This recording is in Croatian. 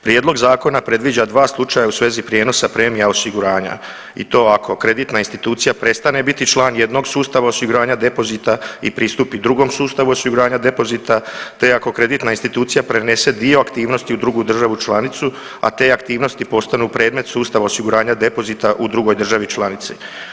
Prijedlog zakona predviđa dva slučaja u svezi prijenosa premija osiguranja i to ako kreditna institucija prestane biti član jednog sustava osiguranja depozita i pristupi drugom sustavu osiguranja depozita te ako kreditna institucija prenese dio aktivnosti u drugu državu članicu, a te aktivnosti postanu predmet sustava osiguranja depozita u drugoj državi članici.